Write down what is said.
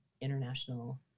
international